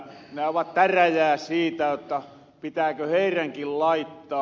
ne aivan täräjää siitä jotta pitääkö heiränkin laittaa